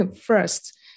first